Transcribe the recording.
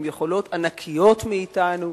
עם יכולות ענקיות מאתנו,